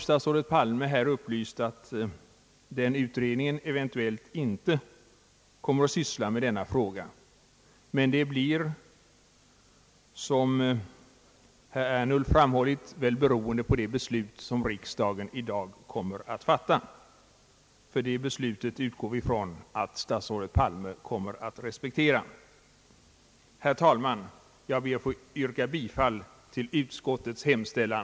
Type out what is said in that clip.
Statsrådet Palme har här upplyst om att den utredningen eventuellt inte kommer att syssla med denna fråga. Men det blir, som herr Ernulf framhållit, beroende på det beslut som riksdagen i dag kommer att fatta. Det beslutet utgår vi nämligen ifrån att statsrådet Palme respekterar. Herr talman! Jag ber att få yrka bifall till utskottets hemställan.